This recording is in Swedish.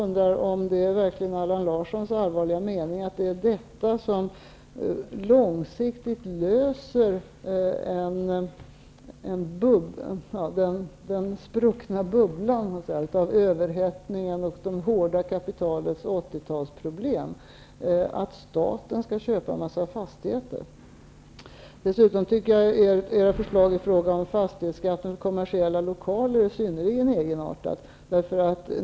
Är det verkligen Allan Larssons allvarliga mening att det som långsiktigt reparerar den spruckna bubblan efter överhettningen och det hårda kapitalets 80-tal är att staten köper en massa fastigheter? Dessutom tycker jag att ert förslag i fråga om fastighetsskatten på kommersiella lokaler är synnerligen egenartat.